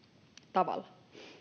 tavalla